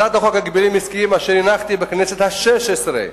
הצעת חוק ההגבלים העסקיים אשר הנחתי בכנסת השש-עשרה,